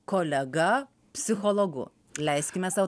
kolega psichologu leiskime sau